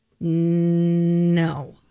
No